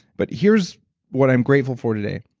but here's what i'm grateful for today